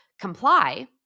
comply